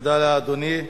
תודה לאדוני.